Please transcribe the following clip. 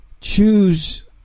choose